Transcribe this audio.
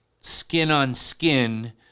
skin-on-skin